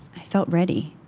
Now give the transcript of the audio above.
i felt ready.